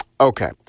Okay